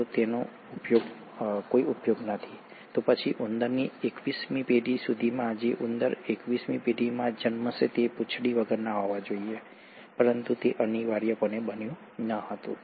અને તેનો કોઈ ઉપયોગ નથી તો પછી ઉંદરની એકવીસમી પેઢી સુધીમાં જે ઉંદર એકવીસમી પેઢીમાં જન્મશે તે પૂંછડી વગરના હોવા જોઈએ પરંતુ તે અનિવાર્યપણે બન્યું ન હતું